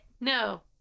No